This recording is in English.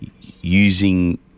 using